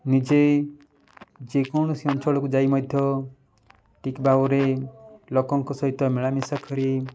ନିଜେ ଯେକୌଣସି ଅଞ୍ଚଳକୁ ଯାଇ ମଧ୍ୟ ଠିକ୍ ଭାବରେ ଲୋକଙ୍କ ସହିତ ମିଳାମିଶା କରି